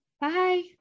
bye